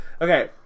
Okay